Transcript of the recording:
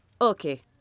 Okay